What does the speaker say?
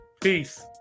Peace